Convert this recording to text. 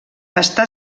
està